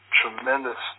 tremendous